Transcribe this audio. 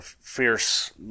fierce